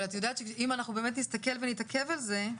אם אנחנו באמת נסתכל ונתעכב על זה,